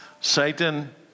Satan